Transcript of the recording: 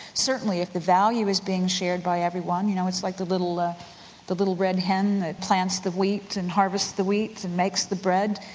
certainly if the value is being shared by everyone, you know it's like the little the little red hen that plants the wheat and harvests the wheat that makes the bread,